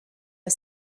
are